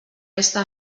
resta